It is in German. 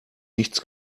nichts